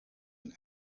een